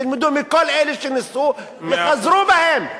תלמדו מכל אלה שניסו וחזרו בהם.